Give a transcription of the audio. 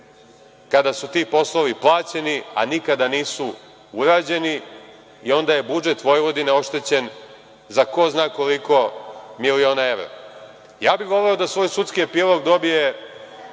kada su ti poslovi plaćeni, a nikada nisu urađeni i onda je budžet Vojvodine oštećen za ko zna koliko miliona evra. Ja bih voleo da svoj sudski epilog dobije